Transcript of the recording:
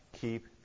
keep